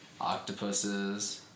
octopuses